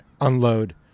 unload